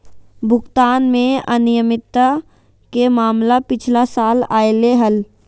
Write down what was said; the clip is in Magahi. भुगतान में अनियमितता के मामला पिछला साल अयले हल